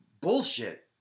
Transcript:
bullshit